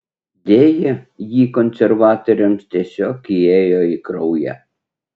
deja ji konservatoriams tiesiog įėjo į kraują